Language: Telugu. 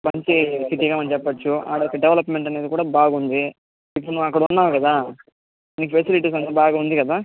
మంచి సిటీగా మనం చెప్పొచ్చు అక్కడ డెవలప్మెంట్ అనేది కూడా బాగుంది ఇప్పుడు నువ్వు అక్కడ ఉన్నావు కదా నీకు ఫెసిలిటీస్ అంతా బాగుంది కదా